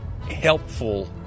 helpful